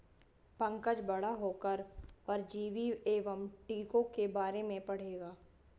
पंकज बड़ा होकर परजीवी एवं टीकों के बारे में पढ़ेगा